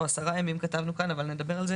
או 10 ימים כך כתבנו כאן אבל נדבר על זה